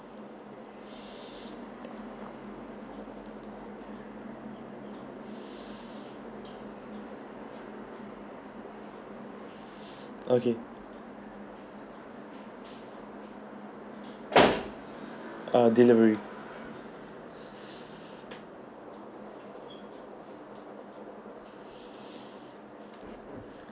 okay ah delivery